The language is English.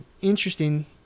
interesting